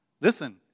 Listen